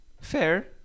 Fair